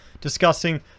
discussing